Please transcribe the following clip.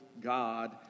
God